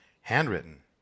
Handwritten